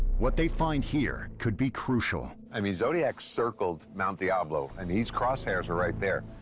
what they find here could be crucial. i mean, zodiac circled mount diablo. and these crosshairs are right there.